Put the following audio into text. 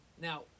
Now